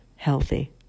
healthy